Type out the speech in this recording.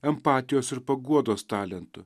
empatijos ir paguodos talentu